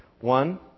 One